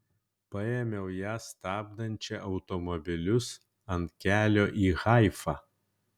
paėmiau ją stabdančią automobilius ant kelio į haifą